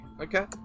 okay